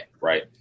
right